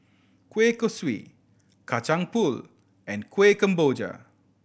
kueh kosui Kacang Pool and Kuih Kemboja